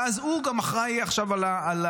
ואז הוא גם אחראי עכשיו על הצפון.